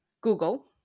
Google